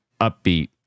upbeat